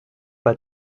pas